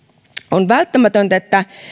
on välttämätöntä että